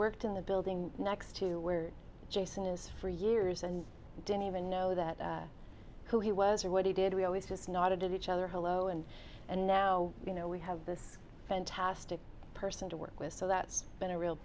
worked in the building next to where jason is for years and didn't even know that who he was or what he did we always just not a did each other hello and and now you know we have this fantastic person to work with so that's been a real